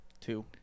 two